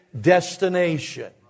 destination